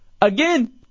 again